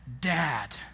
Dad